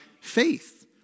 faith